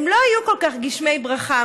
הם לא כל כך היו גשמי ברכה.